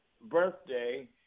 birthday